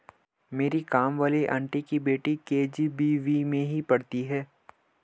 मेरी काम वाली आंटी की बेटी के.जी.बी.वी में ही पढ़ती है